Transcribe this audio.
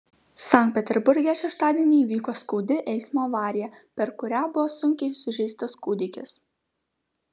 sankt peterburge šeštadienį įvyko skaudi eismo avarija per kurią buvo sunkiai sužeistas kūdikis